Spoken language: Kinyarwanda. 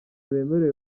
bemerewe